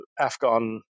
Afghan